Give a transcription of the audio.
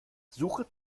suche